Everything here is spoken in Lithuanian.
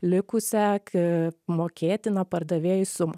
likusią k mokėtiną pardavėjui sumą